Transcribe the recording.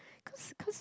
cause cause